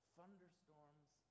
Thunderstorms